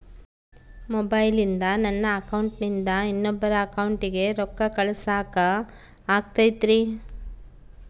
ಮೊಬೈಲಿಂದ ನನ್ನ ಅಕೌಂಟಿಂದ ಇನ್ನೊಬ್ಬರ ಅಕೌಂಟಿಗೆ ರೊಕ್ಕ ಕಳಸಾಕ ಆಗ್ತೈತ್ರಿ?